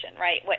right